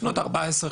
בנות 14 עד 16,